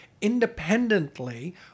independently